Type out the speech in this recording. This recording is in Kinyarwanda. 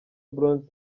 bronze